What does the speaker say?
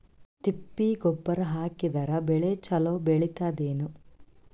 ತಿಪ್ಪಿ ಗೊಬ್ಬರ ಹಾಕಿದರ ಬೆಳ ಚಲೋ ಬೆಳಿತದೇನು?